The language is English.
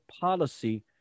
policy